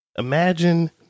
Imagine